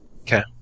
Okay